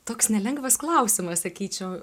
toks nelengvas klausimas sakyčiau